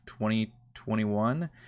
2021